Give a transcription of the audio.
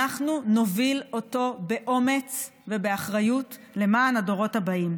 אנחנו נוביל אותו באומץ ובאחריות למען הדורות הבאים.